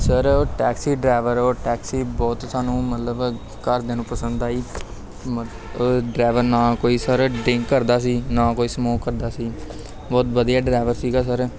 sir ਉਹ taxi driver ਉਹ taxi ਬਹੁਤ ਸਾਨੂੰ ਮਤਲਬ ਘਰਦਿਆਂ ਨੂੰ ਪਸੰਦ ਆਈ ਡਰਾਈਵਰ ਨਾ ਕੋਈ ਸਰ ਡਰਿੰਕ ਕਰਦਾ ਸੀ ਨਾ ਕੋਈ ਸਮੋਕ ਕਰਦਾ ਸੀ ਬਹੁਤ ਵਧੀਆ ਡਰਾਈਵਰ ਸੀਗਾ ਸਰ